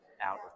out